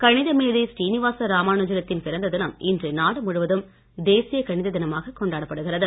கணித மேதை ஸ்ரீனிவாச ராமானுஜத்தின் பிறந்த தினம் இன்று நாடு முழுவதும் தேசிய கணித தினமாக கொண்டாடப்படுகிறது